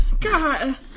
God